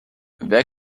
wer